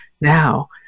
now